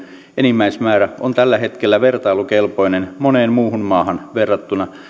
enimmäismäärä on tällä hetkellä vertailukelpoinen moneen muuhun maahan verrattuna